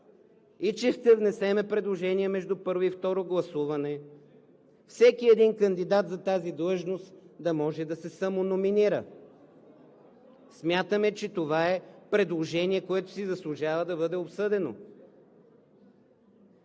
и че ще внесем предложение между първо и второ гласуване всеки един кандидат за тази длъжност да може да се самономинира. Смятаме, че това е предложение, което си заслужава да бъде обсъдено.